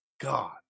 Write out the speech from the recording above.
God